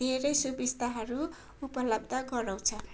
धेरै सुविस्ताहरू उपलब्ध गराउँछ